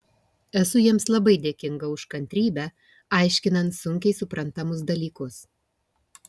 esu jiems labai dėkinga už kantrybę aiškinant sunkiai suprantamus dalykus